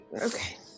okay